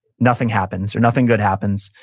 nothing happens, or nothing good happens,